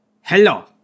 Hello